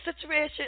situation